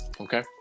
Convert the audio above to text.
Okay